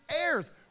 heirs